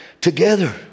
together